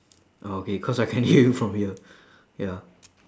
oh K cause I can hear you from here ya